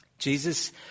Jesus